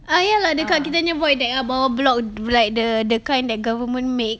ah ya lah dekat kita punya void deck bawah block b~ like the the kind that government makes